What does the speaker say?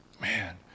Man